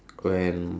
when